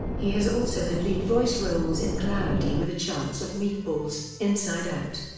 he has also had lead voice roles in cloudy with a chance of meatballs, inside out,